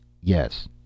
Yes